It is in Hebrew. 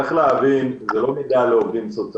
צריך להבין, זה לא נוגע לעובדים סוציאליים.